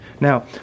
Now